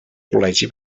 col·legi